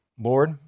Lord